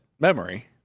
Memory